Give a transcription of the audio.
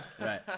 Right